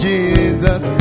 Jesus